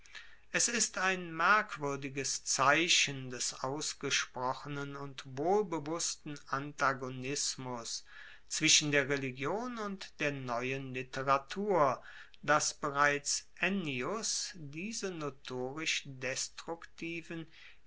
es ist ein merkwuerdiges zeichen des ausgesprochenen und wohlbewussten antagonismus zwischen der religion und der neuen literatur dass bereits ennius diese notorisch destruktiven